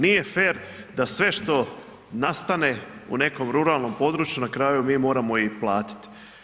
Nije fer da sve što nastane u nekom ruralnom području na kraju mi moramo i platiti.